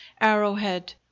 arrowhead